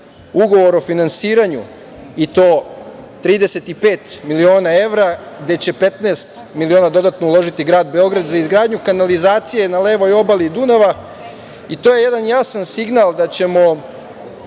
ugovor o finansiranju, i to 35 miliona evra, gde će 15 miliona dodatno uložiti grad Beograd, za izgradnju kanalizacije na levoj obali Dunava, i to je jedan jasan signal da ćemo